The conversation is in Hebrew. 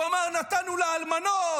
הוא אמר: נתנו לאלמנות,